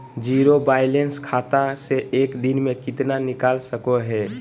Zero balance खाता से एक दिन में कितना निकाल सको है?